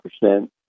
percent